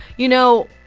you know,